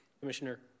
Commissioner